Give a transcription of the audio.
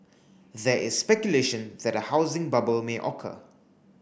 there is speculation that a housing bubble may occur